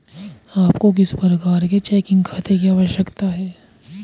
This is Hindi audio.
आपको किस प्रकार के चेकिंग खाते की आवश्यकता है?